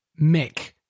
Mick